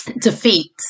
defeat